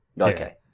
Okay